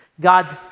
God's